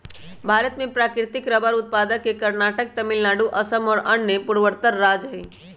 भारत में प्राकृतिक रबर उत्पादक के कर्नाटक, तमिलनाडु, असम और अन्य पूर्वोत्तर राज्य हई